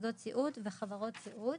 מוסדות סיעוד וחברות סיעוד.